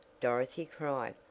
dorothy cried.